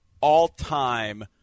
all-time